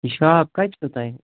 یہِ شاپ کَتہِ چھُو تۄہہِ